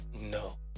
no